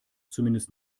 zumindest